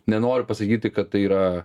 nenoriu pasakyti kad tai yra